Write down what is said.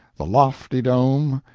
the lofty dome,